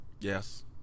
yes